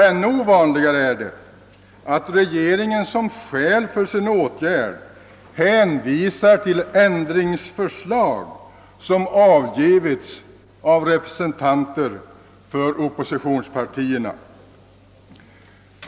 Ännu ovanligare är det att regeringen som skäl för sin åtgärd hänvisar till ändringsförslag som avgivits av representanter för oppositionspartierna.